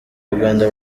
uganda